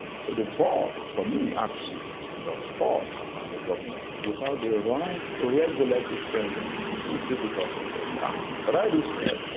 so the buck for me actually does fall back on the government. without the right ah regulatory framework it's difficult for shell to act. but i do say,